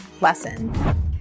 lesson